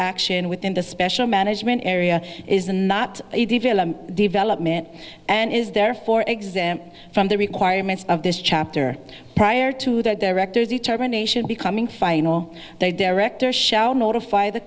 action within the special management area is a not development and is therefore example from the requirements of this chapter prior to the directors determination becoming final they director shall notify the